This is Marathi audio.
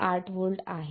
8 व्होल्ट आहे